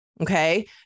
Okay